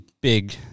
big